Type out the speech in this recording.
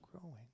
growing